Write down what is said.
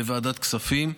בוועדת הכספים.